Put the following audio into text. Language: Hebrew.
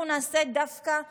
אנחנו נעשה דווקא אחרי",